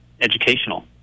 educational